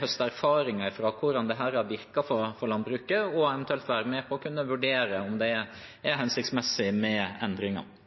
høste erfaringer fra hvordan dette har virket for landbruket, og eventuelt være med på å kunne vurdere om det er hensiktsmessig med